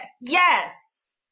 Yes